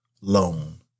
loan